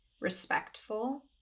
respectful